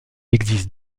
existe